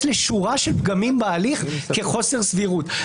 לשורה של פגמים בהליך כחוסר סבירות.